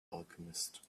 alchemist